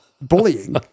bullying